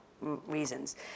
reasons